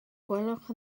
gwelwch